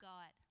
God